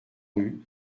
rue